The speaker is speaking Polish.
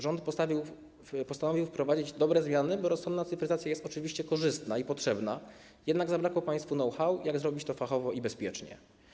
Rząd postanowił wprowadzić dobre zmiany, bo rozsądna cyfryzacja jest oczywiście korzystna i potrzebna, jednak zabrakło państwu know-how, jak zrobić to fachowo i bezpiecznie.